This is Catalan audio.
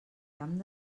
camp